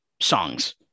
songs